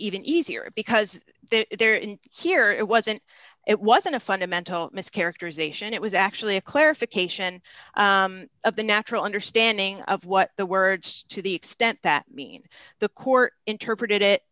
even easier because here it wasn't it wasn't a fundamental mischaracterization it was actually a clarification of the natural understanding of what the words to the extent that mean the court interpreted it